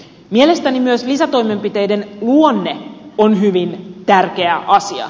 mielestäni myös lisätoimenpiteiden luonne on hyvin tärkeä asia